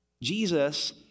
Jesus